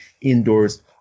indoors